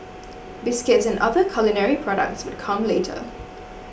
biscuits and other culinary products would come later